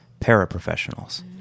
paraprofessionals